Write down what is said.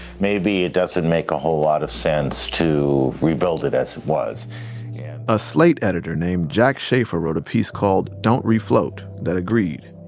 maybe it doesn't make a whole lot of sense to rebuild it as it was a slate editor named jack shafer wrote a piece called don't refloat that agreed.